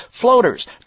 floaters